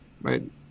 right